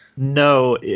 No